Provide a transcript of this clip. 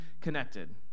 connected